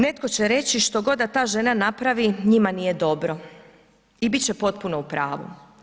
Netko će reći što god da ta žena napravi, njima nije dobro i bit će potpuno u pravu.